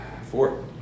Four